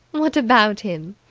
what about him?